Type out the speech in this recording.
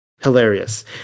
Hilarious